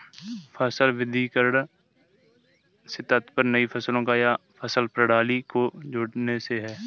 फसल विविधीकरण से तात्पर्य नई फसलों या फसल प्रणाली को जोड़ने से है